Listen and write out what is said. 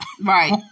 Right